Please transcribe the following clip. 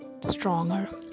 stronger